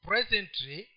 Presently